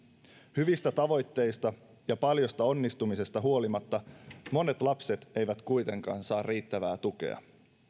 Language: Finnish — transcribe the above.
hyvistä tavoitteista ja paljosta onnistumisesta huolimatta monet lapset eivät kuitenkaan saa riittävää tukea